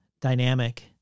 dynamic